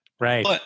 right